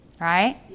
Right